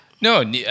No